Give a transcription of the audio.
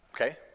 okay